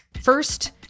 First